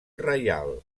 reial